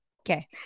Okay